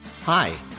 Hi